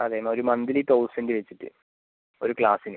അതെ ഒരു monthly thousand വെച്ചിട്ട് ഒരു ക്ലാസ്സിന്